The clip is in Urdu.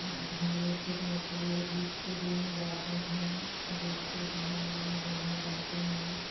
گھومنے پھرنے کے لیے عید کے دن جاتے ہیں جس کو جہاں من وہاں جاتے ہیں